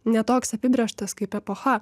ne toks apibrėžtas kaip epocha